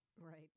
Right